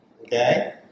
Okay